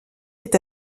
est